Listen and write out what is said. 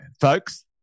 folks